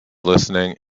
listening